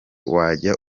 wajya